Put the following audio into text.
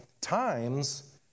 times